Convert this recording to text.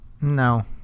no